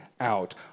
out